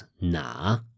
na